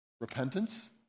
repentance